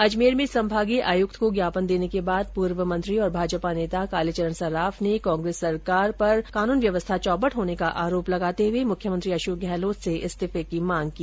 अजमेर में संभागीय आयुक्त को ज्ञापन देने के बाद पूर्व मंत्री और भाजपा नेता कालीचरण सराफ ने कांग्रेस सरकार शासन में कानून व्यवस्था चौपट होने का आरोप लगाते हुए मुख्यमंत्री अशोक गहलोत से इस्तीफे की मांग की